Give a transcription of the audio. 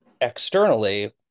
Externally